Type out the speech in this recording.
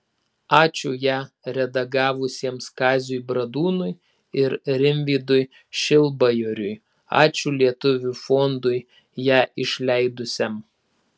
ačiū ją redagavusiems kaziui bradūnui ir rimvydui šilbajoriui ačiū lietuvių fondui ją išleidusiam